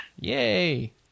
Yay